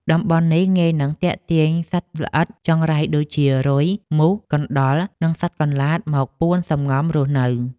តំបន់នេះងាយនឹងទាក់ទាញសត្វល្អិតចង្រៃដូចជា រុយ មូស កណ្តុរ និងសត្វកន្លាតមកពួនសម្ងំរស់នៅ។